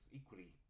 equally